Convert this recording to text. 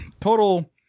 total